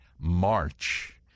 march